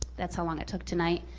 that's how long it took tonight.